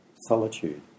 solitude